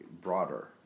broader